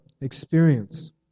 experience